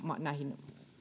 näihin